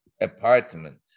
apartment